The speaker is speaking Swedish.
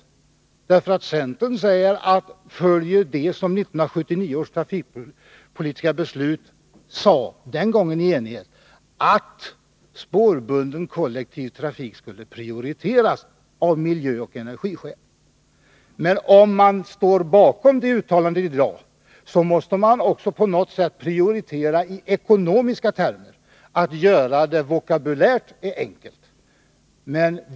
Centern talar för att vi skall följa vad vi enligt 1979 års trafikpolitiska beslut var eniga om den gången, nämligen att spårbunden kollektivtrafik skall prioriteras av miljöoch energiskäl. Men om man står bakom detta uttalande i dag, måste man också på något sätt prioritera i ekonomiska termer. Att göra det vokabulärt är enkelt.